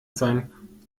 sein